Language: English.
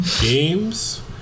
Games